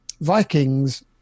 Vikings